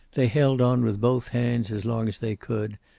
they held on with both hands as long as they could,